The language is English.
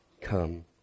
come